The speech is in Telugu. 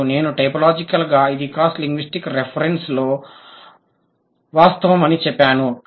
మరియు నేను టైపోలాజికల్గా ఇది క్రాస్ లింగ్విస్టిక్ రిఫరెన్స్లో వాస్తవం అని చెప్పాను